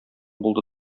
булды